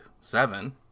seven